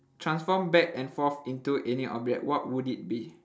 transform back and forth into any object what would it be